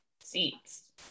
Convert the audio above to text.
seats